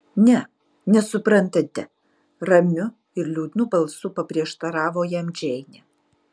ne nesuprantate ramiu ir liūdnu balsu paprieštaravo jam džeinė